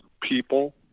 people